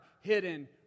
hidden